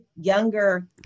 younger